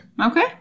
Okay